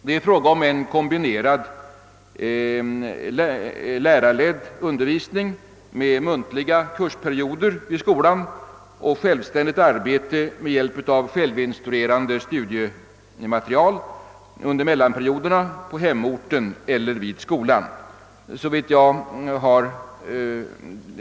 Det är fråga om en kombination av lärarledd undervisning med muntliga kursperioder vid skolan och självständigt arbete med hjälp av självinstruerande studiematerial under mellanperioderna på hemorten eller vid skolan.